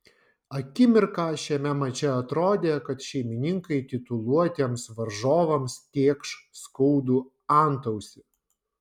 akimirką šiame mače atrodė kad šeimininkai tituluotiems varžovams tėkš skaudų antausį